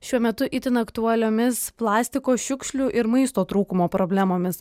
šiuo metu itin aktualiomis plastiko šiukšlių ir maisto trūkumo problemomis